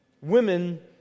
Women